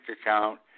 account